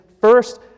first